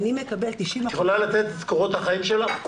את יכולה לתת לי את קורות החיים שלך?